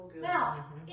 Now